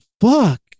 fuck